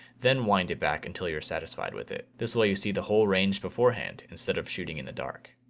then wind it back until you're satisfied with it. this way you see the whole range beforehand instead of shooting in the dark.